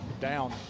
down